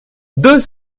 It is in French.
deux